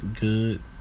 Good